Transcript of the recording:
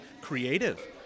creative